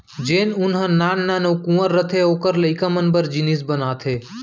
जेन ऊन ह नान नान अउ कुंवर रथे ओकर लइका मन बर जिनिस बनाथे